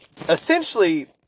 essentially